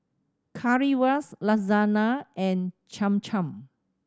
Currywurst Lasagna and Cham Cham